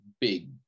big